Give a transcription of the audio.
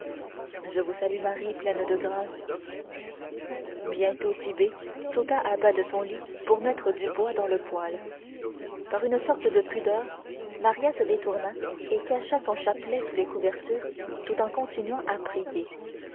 je vous salue marie pleine de grâce bientôt tit'bé sauta à bas de son lit pour mettre du bois dans le poêle par une sorte de pudeur maria se détourna et cacha son chapelet sous les couvertures tout en continuant à prier